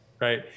right